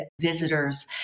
visitors